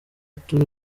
turi